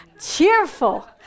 Cheerful